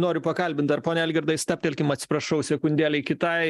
noriu pakalbint dar pone algirdai stabtelkim atsiprašau sekundėlei kitai